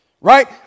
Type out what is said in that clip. Right